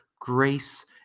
grace